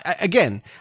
again